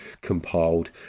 compiled